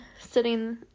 sitting